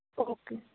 okay